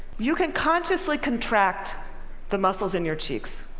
you can consciously contract the muscles in your cheeks.